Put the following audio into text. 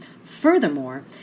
Furthermore